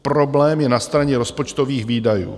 Problém je na straně rozpočtových výdajů.